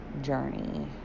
journey